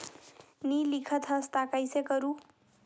नी लिखत हस ता कइसे करू?